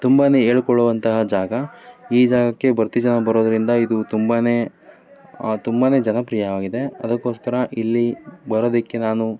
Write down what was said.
ತುಂಬ ಹೇಳ್ಕೊಳ್ಳುವಂತಹ ಜಾಗ ಈ ಜಾಗಕ್ಕೆ ಭರತಿ ಜನ ಬರೋದರಿಂದ ಇದು ತುಂಬ ತುಂಬ ಜನಪ್ರಿಯವಾಗಿದೆ ಅದಕ್ಕೋಸ್ಕರ ಇಲ್ಲಿ ಬರೋದಕ್ಕೆ ನಾನು